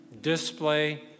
display